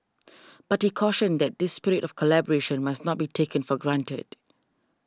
but he cautioned that this spirit of collaboration must not be taken for granted